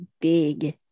big